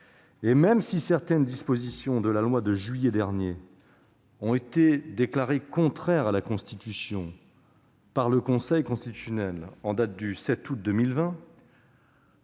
Et même si certaines dispositions de la loi de juillet dernier ont été déclarées contraires à la Constitution par le Conseil constitutionnel dans sa décision du 7 août 2020,